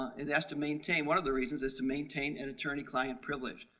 it has to maintain one of the reasons is to maintain an attorney-client privilege.